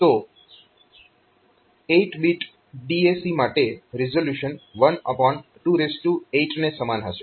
તો 8 bit DAC માટે resolution 128 ને સમાન હશે